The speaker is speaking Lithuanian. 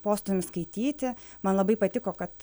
postūmį skaityti man labai patiko kad